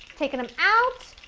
taking them out,